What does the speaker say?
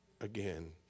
again